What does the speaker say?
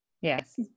Yes